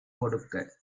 கொடுக்க